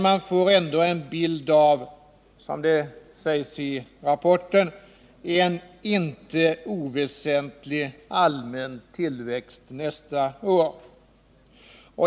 Man får ändå en bild av, som det sägs i rapporten, en inte oväsentlig allmän tillväxt nästa år.